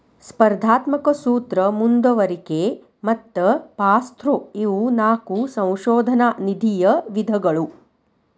ಸ್ಪರ್ಧಾತ್ಮಕ ಸೂತ್ರ ಮುಂದುವರಿಕೆ ಮತ್ತ ಪಾಸ್ಥ್ರೂ ಇವು ನಾಕು ಸಂಶೋಧನಾ ನಿಧಿಯ ವಿಧಗಳು